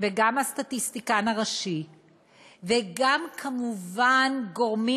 וגם הסטטיסטיקן הראשי וגם כמובן גורמים